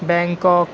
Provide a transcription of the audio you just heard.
Bangkok